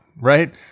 right